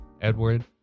Edward